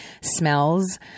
smells